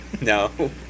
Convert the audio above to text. No